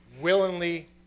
Willingly